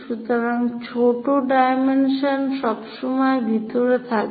সুতরাং ছোট ডাইমেনশন সবসময় ভিতরে থাকে